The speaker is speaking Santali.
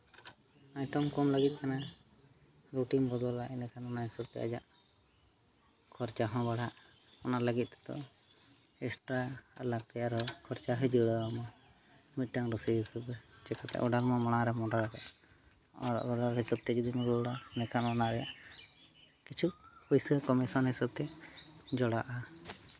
ᱟᱭᱴᱮᱢ ᱠᱚᱢ ᱞᱟᱹᱜᱤᱫ ᱢᱟᱱᱮ ᱨᱩᱴᱤᱢ ᱵᱚᱫᱚᱞᱟ ᱚᱱᱟ ᱦᱤᱥᱟᱹᱵ ᱛᱮ ᱟᱡᱟᱜ ᱠᱷᱚᱨᱪᱟ ᱦᱚᱸ ᱵᱟᱲᱦᱟᱜᱼᱟ ᱚᱱᱟ ᱞᱟᱹᱜᱤᱫ ᱛᱮᱫᱚ ᱮᱠᱥᱴᱨᱟ ᱟᱞᱟᱜᱽ ᱛᱮ ᱟᱨᱦᱚᱸ ᱠᱷᱚᱨᱪᱟ ᱦᱩᱭ ᱫᱟᱲᱮ ᱟᱢᱟ ᱫᱚ ᱢᱤᱫᱴᱟᱱ ᱨᱩᱴᱤ ᱦᱤᱥᱟᱹᱵ ᱫᱚ ᱪᱮᱠᱟᱛᱮ ᱚᱰᱟᱨᱢᱟ ᱢᱟᱲᱟᱝ ᱨᱮᱢ ᱚᱰᱟᱨ ᱟᱠᱟᱜ ᱟᱨ ᱚᱰᱟᱨ ᱦᱤᱥᱟᱹᱵ ᱛᱮ ᱡᱩᱫᱤᱢ ᱨᱩᱭᱟᱹᱲᱟ ᱤᱱᱟᱹᱠᱷᱟᱱ ᱚᱱᱟ ᱨᱮᱭᱟᱜ ᱠᱤᱪᱷᱩ ᱯᱩᱭᱥᱟᱹ ᱠᱚᱢᱤᱥᱚᱱ ᱦᱤᱥᱟᱹᱵ ᱛᱮ ᱡᱚᱲᱟᱜᱼᱟ